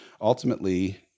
ultimately